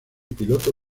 piloto